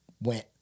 went